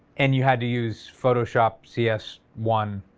and you had to use photoshop cs one,